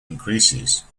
increases